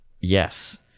Yes